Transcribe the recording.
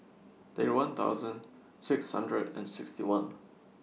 thirty one thousand six hundred and sixty one